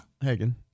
Hagen